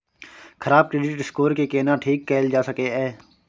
खराब credit score के केना ठीक कैल जा सकै ये?